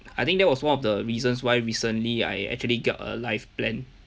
I think that was one of the reasons why recently I actually got a life plan